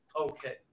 Okay